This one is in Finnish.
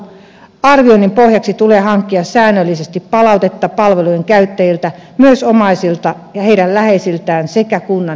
arvioinnin pohjaksi tulee hankkia säännöllisesti palautetta palveluiden käyttäjiltä myös omaisilta ja heidän läheisiltään sekä kunnan henkilöstöltä